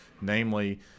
namely